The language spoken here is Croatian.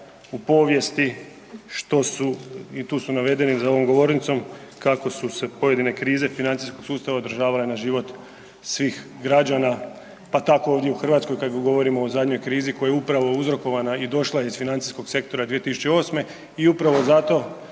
u povijesti što su i tu su navedeni za ovom govornicom kako su se pojedine krize financijskog sustava održavale na život svih građana, pa tako i ovdje u Hrvatskoj kada govorimo o zadnjoj krizi koja je upravo uzrokovana i došla iz financijskog sektora 2008. i upravo zato